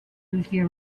lucia